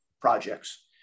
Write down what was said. projects